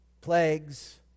Plagues